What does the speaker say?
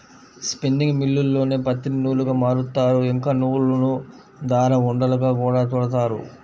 spinning మిల్లుల్లోనే పత్తిని నూలుగా మారుత్తారు, ఇంకా నూలును దారం ఉండలుగా గూడా చుడతారు